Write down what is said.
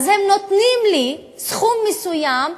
אז הם נותנים לי סכום מסוים.